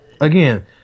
again